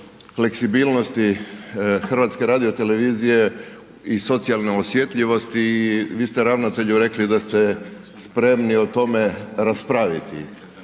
fleksibilnosti HRT-a i socijalne osjetljivosti i vi ste ravnatelju rekli da ste spremni o tome raspraviti.